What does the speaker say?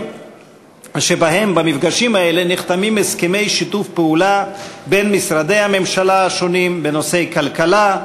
שבהם נחתמים הסכמי שיתוף פעולה בין משרדי הממשלה השונים בנושאי כלכלה,